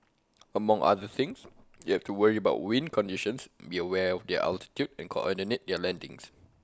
among other things they have to worry about wind conditions be aware of their altitude and coordinate their landings